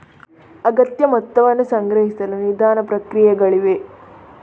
ಅಗತ್ಯ ಮೊತ್ತವನ್ನು ಸಂಗ್ರಹಿಸಲು ನಿಧಾನ ಪ್ರಕ್ರಿಯೆಗಳಿವೆ